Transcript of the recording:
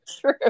true